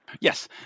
Yes